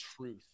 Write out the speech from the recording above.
truth